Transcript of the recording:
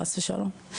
חס ושלום.